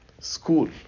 school